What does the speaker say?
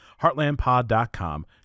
Heartlandpod.com